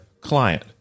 client